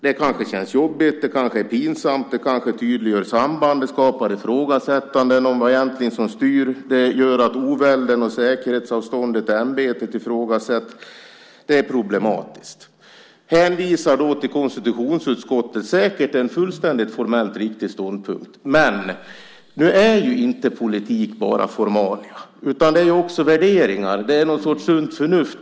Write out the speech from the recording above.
Det kanske känns jobbigt, det kanske känns pinsamt, det kanske tydliggör samband, det skapar ifrågasättanden om vad det egentligen är som styr. Det gör att ovälden och säkerhetsavståndet i ämbetet ifrågasätts. Det är problematiskt. Att då hänvisa till konstitutionsutskottet är säkert en formellt fullständigt riktig ståndpunkt. Men nu är inte politik bara formalia, utan det är också värderingar. Det handlar om någon sorts sunt förnuft.